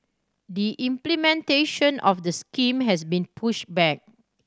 the implementation of the scheme has been push back